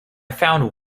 found